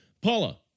Paula